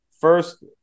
First